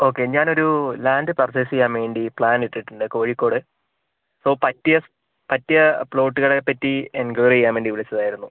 okay ഞാൻ ഒരു land purchase ചെയ്യാൻ വേണ്ടി പ്ലാൻ ഇട്ടിട്ടുണ്ട് കോഴിക്കോട് സോ പറ്റിയ പറ്റിയ പ്ലോട്ടുകളെപ്പറ്റി എൻക്വയറി ചെയ്യാൻ വേണ്ടി വിളിച്ചത് ആയിരുന്നു